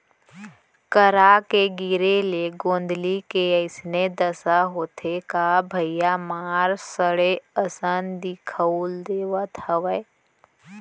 करा के गिरे ले गोंदली के अइसने दसा होथे का भइया मार सड़े असन दिखउल देवत हवय